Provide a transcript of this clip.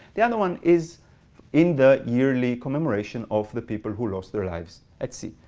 the other one is in the yearly commemoration of the people who lost their lives at sea.